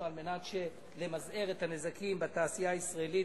על מנת למזער את הנזקים בתעשייה הישראלית,